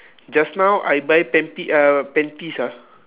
just now I buy panty uh panties ah